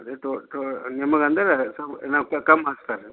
ಅದೇ ನಿಮಗೆ ಅಂದರೆ ರೀ ನಾನು ಸೊಲ್ ಕಮ್ ಮಾಡಿಸ್ತಾರ್ರೀ